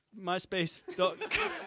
myspace.com